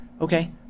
Okay